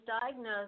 diagnosed